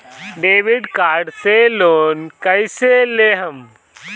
Debit card से loan कईसे लेहम?